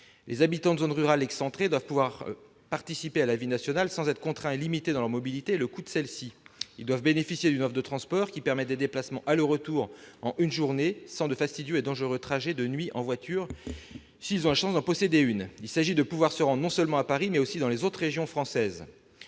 Les habitants de zones rurales excentrées doivent pouvoir participer à la vie nationale sans être contraints dans leur mobilité par le coût de celle-ci. Ils doivent pouvoir bénéficier d'une offre de transport qui permette des déplacements aller-retour dans la journée, et ne pas être contraints à effectuer de fastidieux et dangereux trajets de nuit en voiture, s'ils ont la chance d'en posséder une. Il s'agit de pouvoir se rendre non seulement à Paris, mais aussi dans les autres régions françaises.